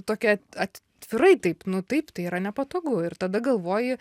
tokia at atvirai taip nu taip tai yra nepatogu ir tada galvoji